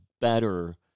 better